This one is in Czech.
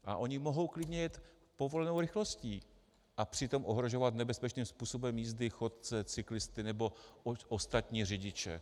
A oni mohou klidně jet povolenou rychlostí a přitom ohrožovat nebezpečným způsobem jízdy chodce, cyklisty nebo ostatní řidiče.